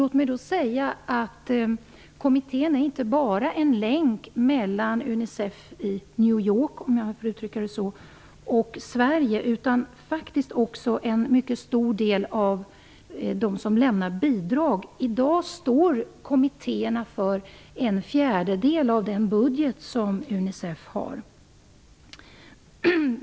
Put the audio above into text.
Låt mig säga att kommittén inte bara är en länk mellan Unicef i New York -- om jag får uttrycka det så -- och Sverige, utan faktiskt också står för en mycket stor del av bidragen. I dag står kommittérna för en fjärdedel av den budget som Unicef har.